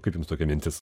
kaip jums tokia mintis